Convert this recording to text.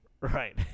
Right